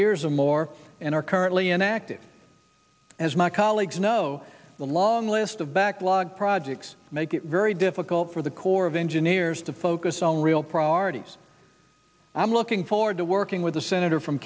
years or more and are currently enacted as my colleagues know the long list of backlog projects make it very difficult for the corps of engineers to focus on real priorities i'm looking forward to working with the senator from